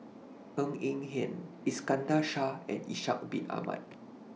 Ng Eng Hen Iskandar Shah and Ishak Bin Ahmad